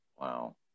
Wow